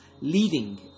leading